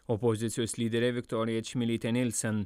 opozicijos lyderė viktorija čmilytė nilsen